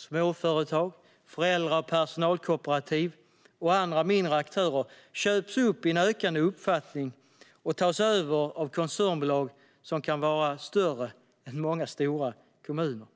Småföretag, föräldra och personalkooperativ och andra mindre aktörer köps upp i ökande omfattning och tas över av koncernbolag som kan vara större än många stora kommuner.